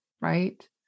right